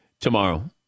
Tomorrow